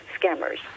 scammers